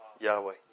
Yahweh